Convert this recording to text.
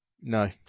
No